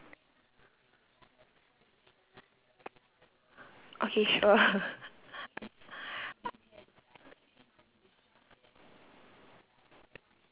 okay sure